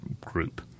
group